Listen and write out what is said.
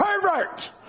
pervert